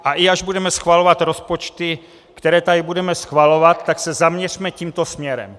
A i až budeme schvalovat rozpočty, které tady budeme schvalovat, tak se zaměřme tímto směrem.